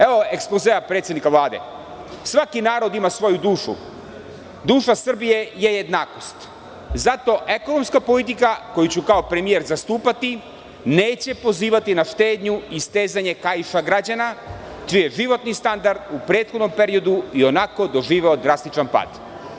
Evo ekspozea predsednika Vlade – svaki narod ima svoju dušu, duša Srbije je jednakost, zato ekonomska politika koju ću kao premijer zastupati neće pozivati na štednju i stezanje kaiša građana čije životni standard u prethodnom periodu i onako doživeo drastični pad.